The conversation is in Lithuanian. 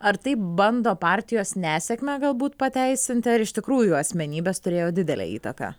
ar taip bando partijos nesėkmę galbūt pateisinti ar iš tikrųjų asmenybės turėjo didelę įtaką